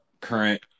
current